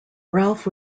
ralph